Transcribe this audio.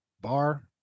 bar